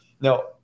Now